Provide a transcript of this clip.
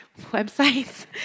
Websites